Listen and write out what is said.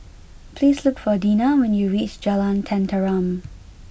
please look for Dinah when you reach Jalan Tenteram